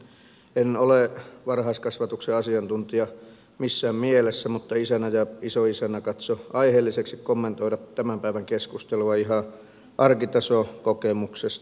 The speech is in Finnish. en ole varhaiskasvatuksen asiantuntija missään mielessä mutta isänä ja isoisänä katson aiheelliseksi kommentoida tämän päivän keskustelua ihan arkitasokokemuksesta